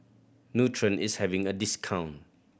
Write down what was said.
nutren is having a discount